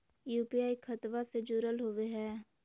UPI खतबा से जुरल होवे हय?